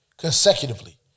consecutively